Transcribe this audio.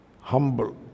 Humble